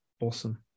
Awesome